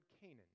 Canaan